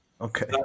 Okay